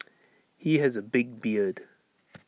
he has A big beard